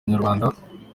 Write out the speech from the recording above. inyarwanda